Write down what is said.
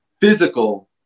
physical